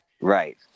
Right